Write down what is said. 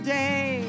day